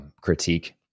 critique